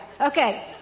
Okay